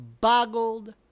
boggled